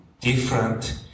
different